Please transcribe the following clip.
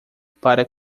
para